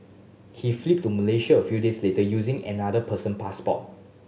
he fled to Malaysia a few days later using another person passport